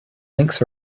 lengths